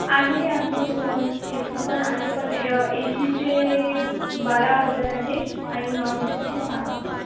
आहे आमच्याकडे non A C A C पण आहे पण ए सीचे बारा हजार आहे आणि नॉन ए सीचे सहा हजार